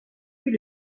puis